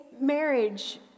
marriage